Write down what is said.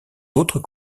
d’autres